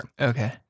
Okay